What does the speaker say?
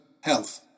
health